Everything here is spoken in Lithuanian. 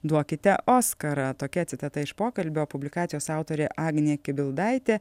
duokite oskarą tokia citata iš pokalbio publikacijos autorė agnė kibildaitė